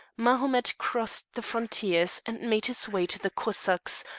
mahomet crossed the frontiers and made his way to the cossacks,